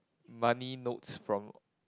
money notes from